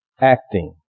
acting